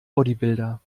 bodybuilder